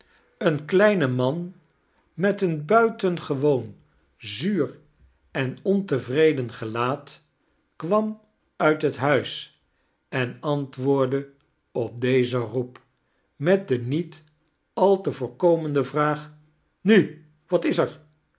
een kleine man met een budtenge woon zuur en ontevreden gelaat kwam uit het huis en antwaordde op dezen roep met de niet al te voorkomende vnaag nu wat is ear